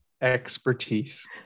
expertise